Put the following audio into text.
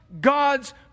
God's